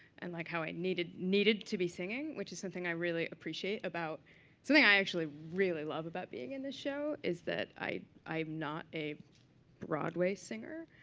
and like how i needed needed to be singing. which is something i really appreciate about something i actually really love about being in this show is that i am not a broadway singer.